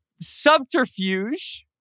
Subterfuge